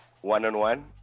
one-on-one